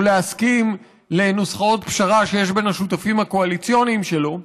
או להסכים לנוסחאות פשרה שיש בין השותפים הקואליציוניים שלו,